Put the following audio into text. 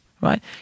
Right